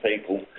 people